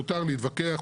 מותר להתווכח,